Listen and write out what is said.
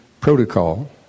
Protocol